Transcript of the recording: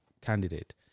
candidate